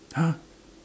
!huh!